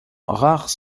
rares